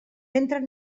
entren